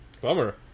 Bummer